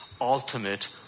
ultimate